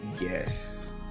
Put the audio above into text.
Yes